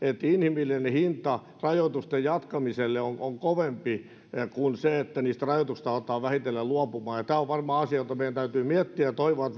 että inhimillinen hinta rajoitusten jatkamiselle on on kovempi kuin se että niistä rajoituksista aletaan vähitellen luopumaan tämä on varmaan asia jota meidän täytyy miettiä ja toivon